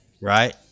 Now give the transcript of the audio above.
right